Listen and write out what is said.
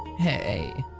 hey!